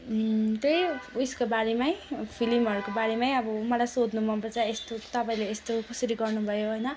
त्यही उयसको बारेमै फिल्महरूको बारेमै अब मलाई सोध्नु मनपर्छ यस्तो तपाईँले यस्तो कसरी गर्नुभयो होइन